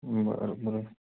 बरं बरं